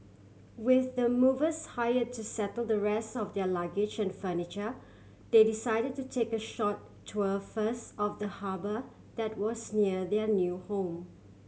with the movers hire to settle the rest of their luggage and furniture they decided to take a short tour first of the harbour that was near their new home